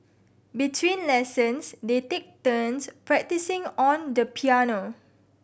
between lessons they take turns practising on the piano